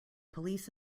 police